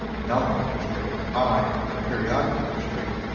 the nominal interest rate, i, the period interest rate,